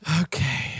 okay